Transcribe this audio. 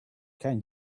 can